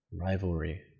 rivalry